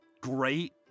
great